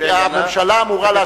הממשלה אמורה להשיב,